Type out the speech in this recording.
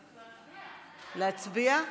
להצביע?